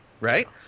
right